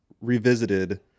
revisited